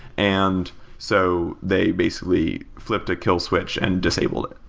and so they basically flipped a kill switch and disabled it.